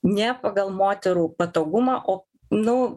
ne pagal moterų patogumą o nu